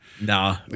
no